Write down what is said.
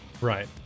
Right